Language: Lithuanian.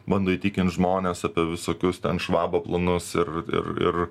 bando įtikint žmones apie visokius ten švabo planus ir ir ir